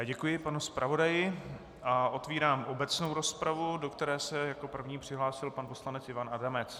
Děkuji panu zpravodaji a otevírám obecnou rozpravu, do které se jako první přihlásil pan poslanec Ivan Adamec.